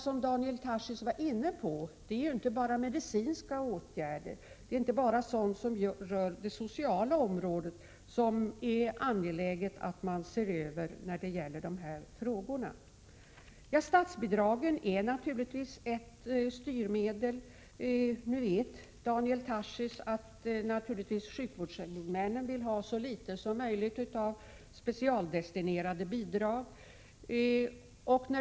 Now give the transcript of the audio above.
Som Daniel Tarschys var inne på är det inte bara medicinska åtgärder och sådant som rör det sociala området som det är angeläget att man ser över när det gäller dessa frågor. Statsbidragen är naturligtvis ett styrmedel. Daniel Tarschys vet att sjukvårdshuvudmännen naturligtvis vill ha så litet som möjligt av specialdestinerade bidrag.